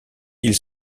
ils